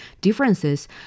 differences